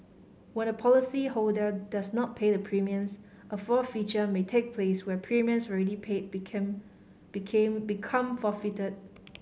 when a policyholder does not pay the premiums a forfeiture may take place where premiums ready paid became became become forfeited